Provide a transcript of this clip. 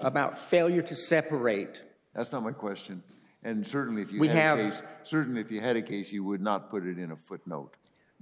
about failure to separate that's not my question and certainly if we have these certainly if you had a case you would not put it in a footnote